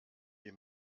die